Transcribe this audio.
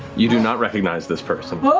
you do not recognize this person.